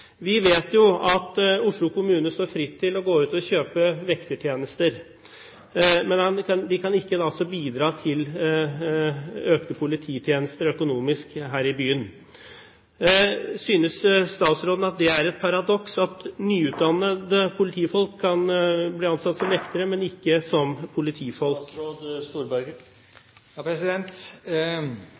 Vi vet jo at Oslo kommune står fritt til å gå ut og kjøpe vektertjenester, men de kan ikke bidra til økte polititjenester økonomisk her i byen. Synes statsråden det er et paradoks at nyutdannede politifolk kan bli ansatt som vektere, men ikke som politifolk?